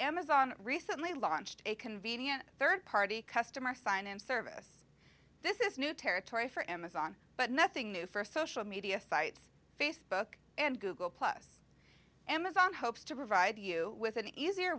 amazon recently launched a convenient third party customer sign and service this is new territory for amazon but nothing new for social media sites facebook and google plus amazon hopes to provide you with an easier